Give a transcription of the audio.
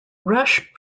rush